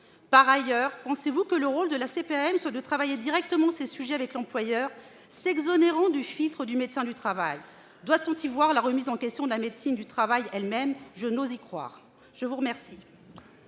par ailleurs, que le rôle de la CPAM soit de travailler sur ces sujets directement avec l'employeur, en s'exonérant du filtre du médecin du travail ? Doit-on y voir la remise en question de la médecine du travail elle-même ? Je n'ose y croire. La parole